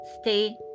Stay